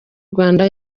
rwanda